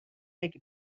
اگه